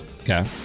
Okay